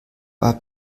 war